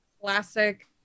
classic